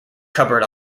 cupboard